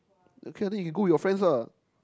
okay then you go with your friends lah